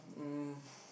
um